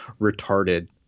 retarded